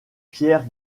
pierre